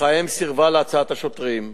אך האם סירבה להצעת השוטרים.